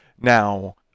Now